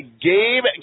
Gabe